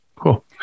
Cool